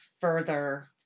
further